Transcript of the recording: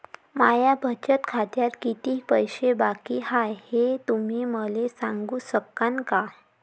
माया बचत खात्यात कितीक पैसे बाकी हाय, हे तुम्ही मले सांगू सकानं का?